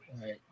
Right